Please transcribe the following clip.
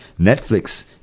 Netflix